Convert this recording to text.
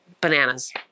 bananas